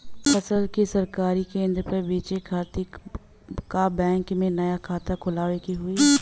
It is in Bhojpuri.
फसल के सरकारी केंद्र पर बेचय खातिर का बैंक में नया खाता खोलवावे के होई?